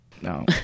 No